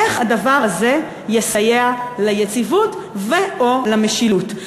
איך הדבר הזה יסייע ליציבות ו/או למשילות?